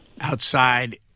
outside